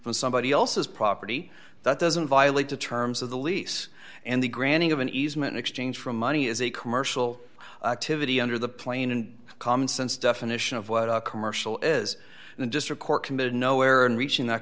from somebody else's property that doesn't violate the terms of the lease and the granting of an easement exchange for money is a commercial activity under the plain and common sense definition of what a commercial is the district court committed nowhere in reaching that